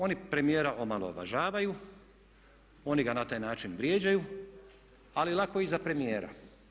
Oni premijera omalovažavaju, oni ga na taj način vrijeđaju ali lako i za premijera.